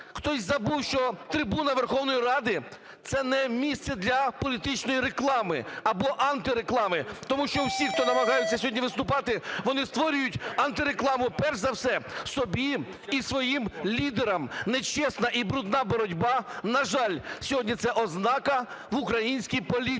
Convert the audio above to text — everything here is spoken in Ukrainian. Хтось забув, що трибуна Верховної Ради – це не місце для політичної реклами або антиреклами, тому що всі, хто намагається сьогодні виступати, вони створюють антирекламу перш за все собі і своїм лідерам. Нечесна і брудна боротьба, на жаль, сьогодні це ознака в українській політиці.